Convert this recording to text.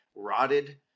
rotted